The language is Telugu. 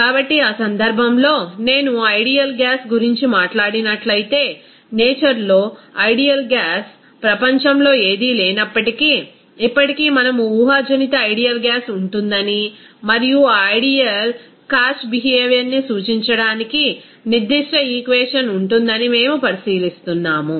కాబట్టి ఆ సందర్భంలో నేను ఆ ఐడియల్ గ్యాస్ గురించి మాట్లాడినట్లయితే నేచర్ లో ఐడియల్ గ్యాస్ ప్రపంచంలో ఏదీ లేనప్పటికీ ఇప్పటికీ మనము ఊహాజనిత ఐడియల్ గ్యాస్ ఉంటుందని మరియు ఆ ఐడియల్ కాష్ బిహేవియర్ ని సూచించడానికి నిర్దిష్ట ఈక్వేషన్ ఉంటుందని మేము పరిశీలిస్తున్నాము